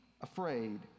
afraid